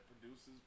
produces